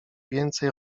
więcej